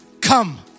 come